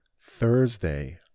Thursday